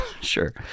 sure